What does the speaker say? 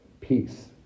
peace